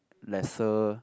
lesser